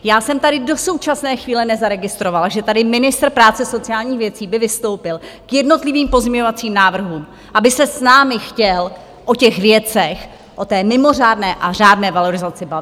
Já jsem tady do současné chvíle nezaregistrovala, že tady ministr práce a sociálních věcí by vystoupil k jednotlivým pozměňovacím návrhům, aby se s námi chtěl o těch věcech, o té mimořádné a řádné valorizaci bavit!